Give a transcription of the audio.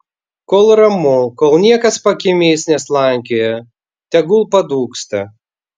kol ramu kol niekas pakiemiais neslankioja tegul padūksta